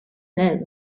nel